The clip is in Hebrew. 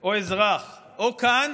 או אזרח, או כאן